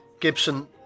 Gibson